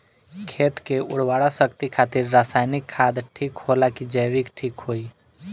खेत के उरवरा शक्ति खातिर रसायानिक खाद ठीक होला कि जैविक़ ठीक होई?